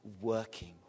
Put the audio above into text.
working